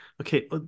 okay